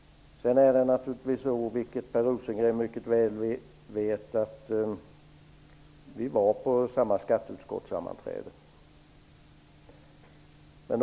Per Rosengren vet mycket väl att vi var på samma skatteutskottssammanträde.